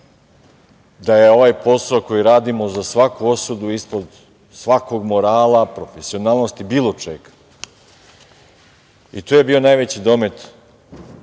da je ovaj posao koji radimo za svaku osudu, ispod svakog morala, profesionalnosti, bilo čega. To je bio najveći domet